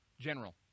general